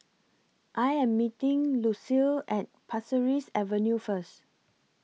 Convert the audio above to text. I Am meeting Lucille At Pasir Ris Avenue First